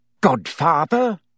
Godfather